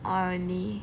oh really